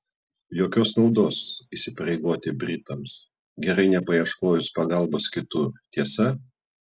jokios naudos įsipareigoti britams gerai nepaieškojus pagalbos kitur tiesa